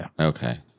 Okay